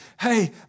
Hey